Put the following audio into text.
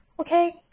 Okay